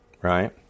right